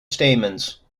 stamens